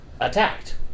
attacked